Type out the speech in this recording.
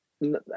no